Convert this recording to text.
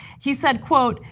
he said, quote,